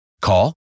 Call